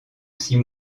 six